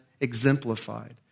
exemplified